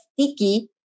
sticky